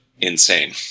insane